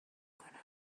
کنم